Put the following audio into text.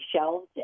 shelved